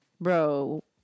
bro